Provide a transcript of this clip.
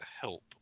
help